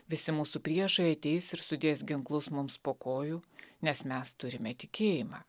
visi mūsų priešai ateis ir sudės ginklus mums po kojų nes mes turime tikėjimą